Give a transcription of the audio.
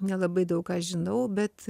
nelabai daug ką žinau bet